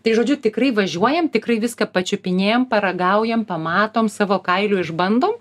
tai žodžiu tikrai važiuojam tikrai viską pačiupinėjam paragaujam pamatom savo kailiu išbandom